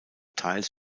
teils